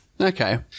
Okay